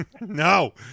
No